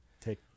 Take